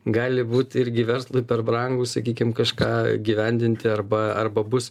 gali būt irgi verslui per brangu sakykim kažką įgyvendinti arba arba bus